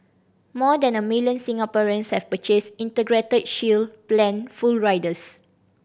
more than a million Singaporeans have purchased Integrated Shield Plan full riders